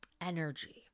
energy